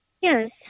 Yes